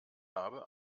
habe